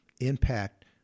impact